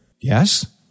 Yes